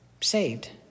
saved